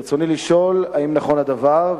רצוני לשאול: 1. האם נכון הדבר?